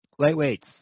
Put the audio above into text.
Lightweights